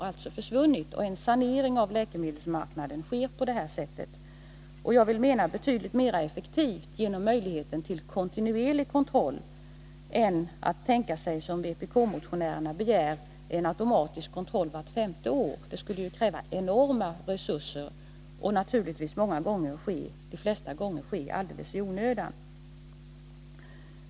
En sanering av läkemedelsmarknaden sker på detta sätt, och möjligheten till kontinuerlig kontroll menar jag är betydligt effektivare än, vilket vpk-motionärerna föreslår, en automatisk kontroll vart femte år — en sådan skulle kräva enorma resurser, och de flesta gånger ske alldeles i onödan.